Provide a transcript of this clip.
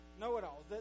know-it-all